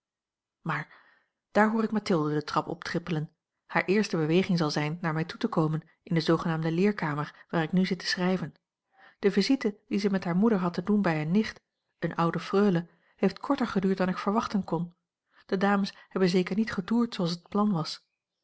maar daar hoor ik mathilde de trap optrippelen hare eerste beweging zal zijn naar mij toe te komen in de zoogenaamde leerkamer waar ik nu zit te schrijven de visite die zij met hare moeder had te doen bij eene nicht eene oude freule heeft korter geduurd dan ik verwachten kon de dames hebben zeker niet getoerd zooals het plan was